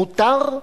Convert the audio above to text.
מותר?